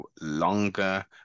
Longer